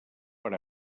per